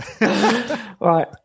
right